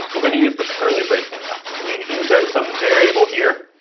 we're going to use the curly brace syntax to mean, insert some variable here.